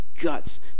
guts